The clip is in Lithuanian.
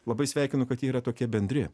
labai sveikinu kad jie yra tokie bendri